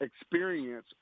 experience